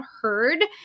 heard